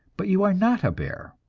but you are not a bear,